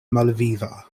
malviva